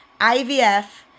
IVF